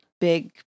Big